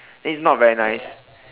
then it's not very nice